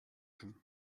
him